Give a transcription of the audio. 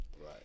Right